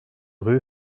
rue